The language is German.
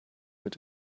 mit